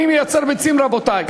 אני מייצר ביצים, רבותי.